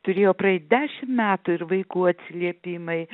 turėjo praeit dešim metų ir vaikų atsiliepimai